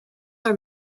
are